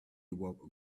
walk